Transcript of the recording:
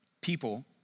people